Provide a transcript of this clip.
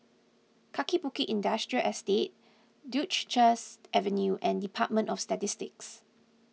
Kaki Bukit Industrial Estate Duchess Avenue and Department of Statistics